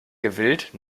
gewillt